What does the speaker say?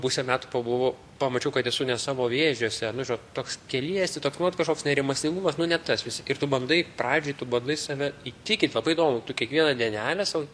pusę metų pabuvau pamačiau kad esu ne savo vėžiose nu žinot toks keliesi toks nu vat kažkoks nerimastingumas nu ne tas vis tik ir tu bandai pradžioj tu bandai save įtikyt labai įdomu tu kiekvieną dienelę sau